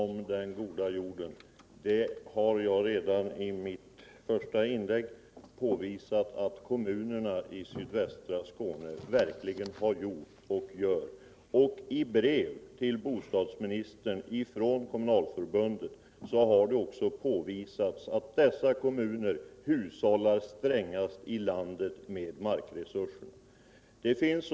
Herr talman! Jag har redan i mitt första inlägg påvisat att kommunerna i sydvästra Skåne verkligen har slagit vakt om den goda jorden. I ett brev till bostadsministern från kommunalförbundet har också påvisats att dessa kommuner hushållar strängast i landet med markresurserna.